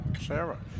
Sarah